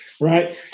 Right